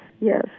yes